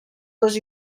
les